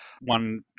one